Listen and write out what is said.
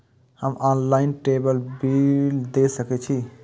हम ऑनलाईनटेबल बील दे सके छी?